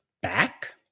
back